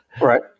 right